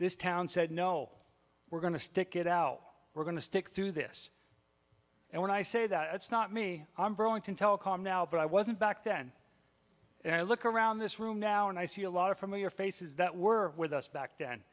this town said no we're going to stick it out we're going to stick through this and when i say that it's not me i'm burlington telecom now but i wasn't back then and i look around this room now and i see a lot of familiar faces that were with us back then